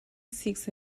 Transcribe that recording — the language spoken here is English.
seeks